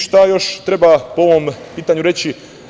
Šta još treba po ovom pitanju reći?